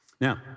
Now